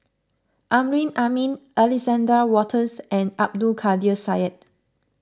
Amrin Amin Alexander Wolters and Abdul Kadir Syed